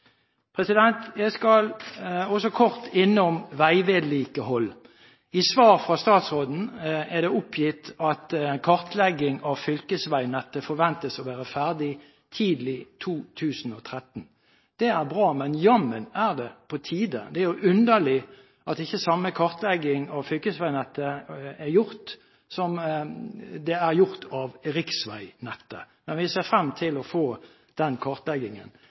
Jeg skal også kort innom veivedlikehold. I svar fra statsråden er det oppgitt at kartlegging av fylkesveinettet forventes å være ferdig tidlig i 2013. Det er bra, men jammen er det på tide. Det er jo underlig at det ikke er gjort samme kartlegging av fylkesveinettet som det er gjort av riksveinettet. Men vi ser frem til å få den kartleggingen.